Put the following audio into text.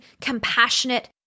compassionate